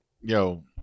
yo